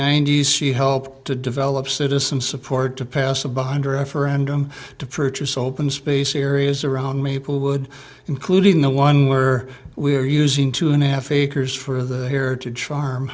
ninety s she helped to develop citizen support to pass a bond referendum to purchase open space areas around maplewood including the one where we are using two and a half acres for the heritage farm